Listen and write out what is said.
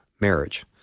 marriage